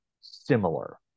similar